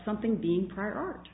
something being prior art